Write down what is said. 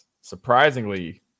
surprisingly